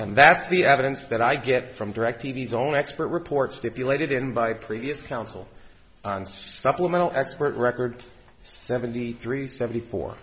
and that the evidence that i get from directv his own expert reports stipulated in by previous counsel supplemental expert record seventy three seventy four